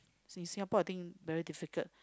in Singapore I think very difficult